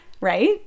Right